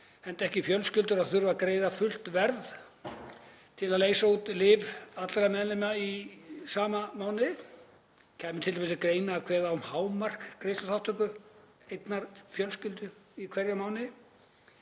ekki fjölskyldur að þurfa að greiða fullt verð til að leysa út lyf allra meðlima í sama mánuði? Kæmi t.d. til greina að kveða á um hámark á greiðsluþátttöku einnar fjölskyldu í hverjum mánuði?